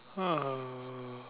uh